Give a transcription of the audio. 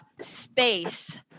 Space